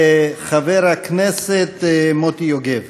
חבר הכנסת מוטי יוגב.